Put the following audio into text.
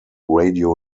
radio